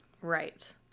right